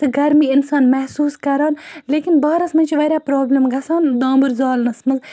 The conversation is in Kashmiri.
تہٕ گرمی اِنسان محسوٗس کَران لیکِن بہارَس مَنٛز چھِ واریاہ پرابلِم گَژھان دامبُر زالنَس مَنٛز